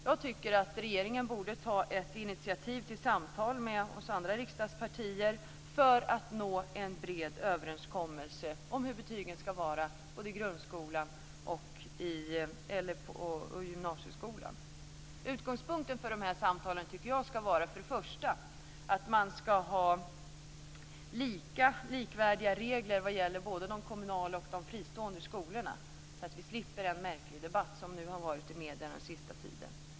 Jag tycker att regeringen borde ta initiativ till samtal med oss andra riksdagspartier för att nå en bred överenskommelse om hur betygen ska vara både i grundskolan och i gymnasieskolan. Utgångspunkten för de samtalen tycker jag först och främst ska vara att man ska ha likvärdiga regler vad gäller både de kommunala och de fristående skolorna, så att vi slipper den märkliga debatt som har pågått i medierna den senaste tiden.